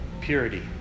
purity